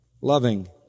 loving